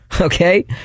Okay